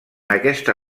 aquesta